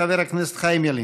חבר הכנסת חיים ילין.